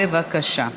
בבקשה.